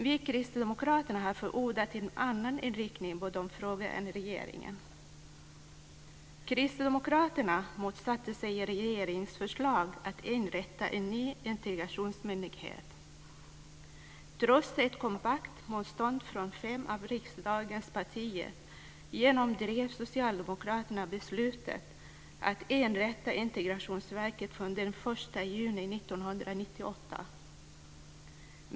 Vi kristdemokrater har i de frågorna förordat en annan inriktning än regeringen. Kristdemokraterna har motsatt sig regeringens förslag att inrätta en ny integrationsmyndighet. Trots ett kompakt motstånd från fem av riksdagens partier genomdrev socialdemokraterna beslutet att inrätta Integrationsverket den 1 juni 1998.